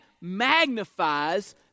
magnifies